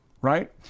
right